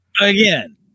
Again